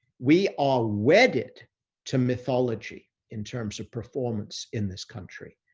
we are wedded to mythology in terms of performance in this country.